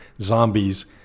zombies